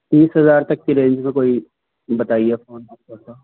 تیس ہزار تک کی رینج میں کوئی بتائیے فون اچھا سا